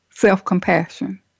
Self-compassion